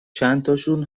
چندتاشون